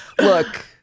look